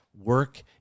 work